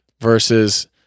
versus